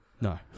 No